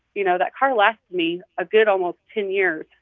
you know, that car lasted me a good almost ten years,